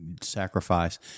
sacrifice